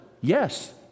yes